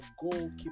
goalkeeper